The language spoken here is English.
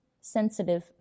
sensitive